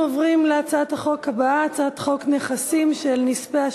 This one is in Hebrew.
20 קולות בעד, שישה נגד.